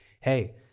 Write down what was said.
hey